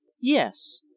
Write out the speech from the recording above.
yes